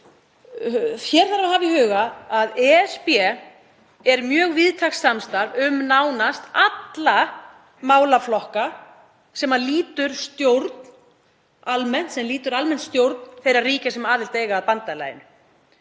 Hér þarf að hafa í huga að ESB er mjög víðtækt samstarf um nánast alla málaflokka sem lýtur almennt stjórn þeirra ríkja sem aðild eiga að bandalaginu.